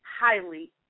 highly